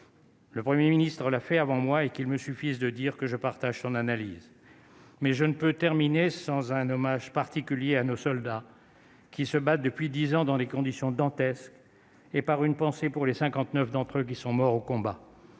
Le 1er ministre l'a fait avant moi et qu'il me suffise de dire que je partage son analyse. Mais je ne peux terminer sans un hommage particulier à nos soldats qui se battent depuis 10 ans dans des conditions dantesques et par une pensée pour les 59 d'entre eux qui sont morts au combat,